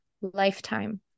lifetime